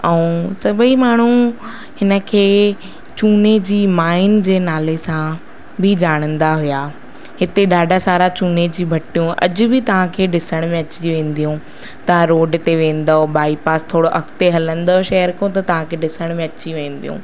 ऐं सभई माण्हू हिनखे चूने जी माइन जे नाले सां बि ॼाणंदा हुया हिते ॾाढा सारा चूने जी भट्टूं अॼ बि तव्हां खे ॾिसण में अची वेंदियूं तव्हां रोड ते वेंदव बाई पास खां थोरो अॻिते हलंदव शहर खां त तव्हां खे ॾिसण में अची वेंदियूं